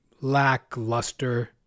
lackluster